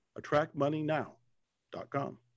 attractmoneynow.com